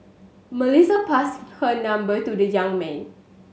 Melissa passed her number to the young man